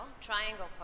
Triangle